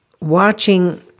watching